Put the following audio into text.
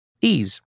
Ease